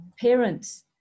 parents